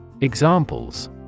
Examples